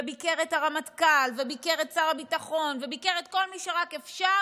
ביקר את הרמטכ"ל וביקר את שר הביטחון וביקר את כל מי שרק אפשר,